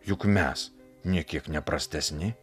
juk mes nė kiek neprastesni